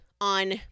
on